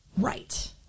Right